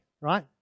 right